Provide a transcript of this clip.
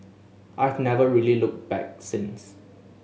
I have never really looked back since